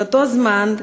באותו זמן,